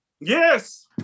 Yes